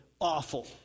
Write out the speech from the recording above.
awful